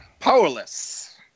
powerless